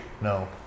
No